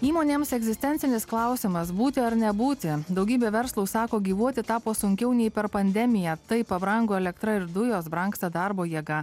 įmonėms egzistencinis klausimas būti ar nebūti daugybė verslų sako gyvuoti tapo sunkiau nei per pandemiją taip pabrango elektra ir dujos brangsta darbo jėga